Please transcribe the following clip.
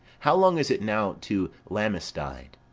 how long is it now to lammastide?